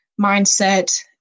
mindset